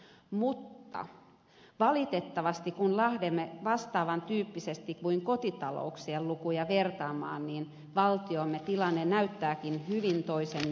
mutta valitettavasti kun lähdemme vertaamaan valtion lukuja vastaavan tyyppisesti kuin kotitalouksien lukuja valtiomme tilanne näyttääkin hyvin toisennäköiseltä